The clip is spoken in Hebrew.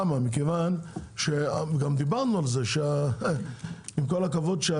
עם כל הכבוד,